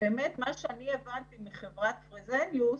מה שהבנתי מחברת פרזניוס